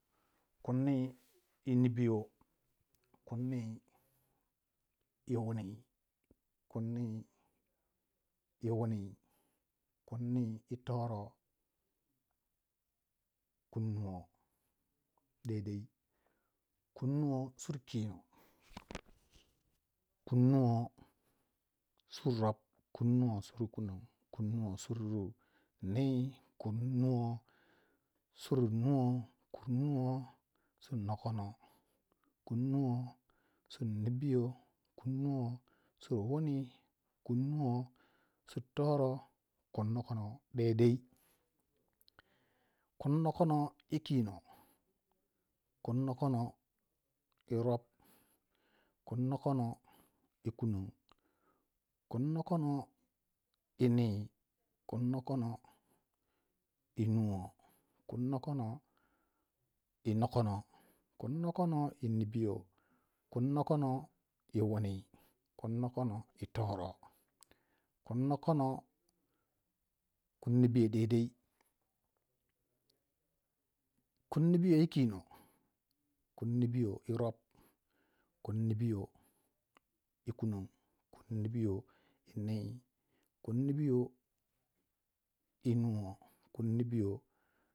Kunni yi nibiyo, kunna yi wuni, kunni yi wuni, kunni yi toro, kunnuwo daidai, kunnuwo sur kino, kunnuwo sur rop, kunnuwo sur kunon, kunnuwo sur nii, kunno sur nuwo, kunnuwo sur nokono, kunnuwo sur nibiyo, kunnuwo sur wuni, kunnuwo sir toro, kun nokono daidai, kun nokono yi kino, kunnokono yi rop, kunnokono yi kunon, kunnokono yi nii, kunnokono yi nuwo, kunnokono yi nokono, kunnokono yi nibiyo, kunnokono yi wuni, kunnokono yi toro, kun nokoko kunnibiyo daidai, kunnibiyo yi kino, kunnibiyo yi rop, kunnibiyo yi kunon, kunnibiyo yi nii, kinnibiyo yi nuwo, kunnibiyo yi nokono.